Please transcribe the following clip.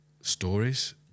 stories